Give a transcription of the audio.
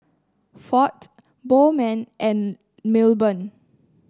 Ford Bowman and Milburn